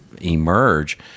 emerge